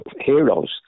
heroes